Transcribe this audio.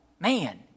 Man